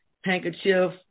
handkerchief